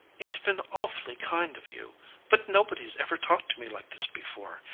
it's been awfully kind of you but nobody's ever talked to me like this before,